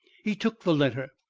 he took the letter,